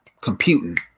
computing